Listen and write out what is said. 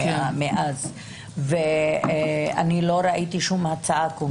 ומאז ולא ראיתי שום הצעה קונקרטית.